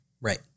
Right